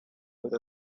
with